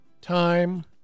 time